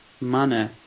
manner